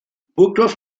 burgdorf